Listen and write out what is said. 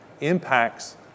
impacts